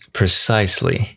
precisely